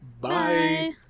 Bye